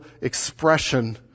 expression